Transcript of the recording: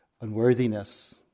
unworthiness